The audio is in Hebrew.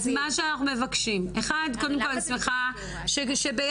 אז קודם כל אני שמחה שביחד,